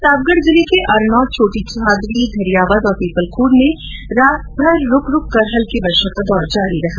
प्रतापगढ जिले के अरनोद छोटी सादडी धरियावद और पीपलखूट में रातभर रूकरूक कर हल्की वर्षा का दौर जारी रहा